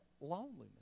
loneliness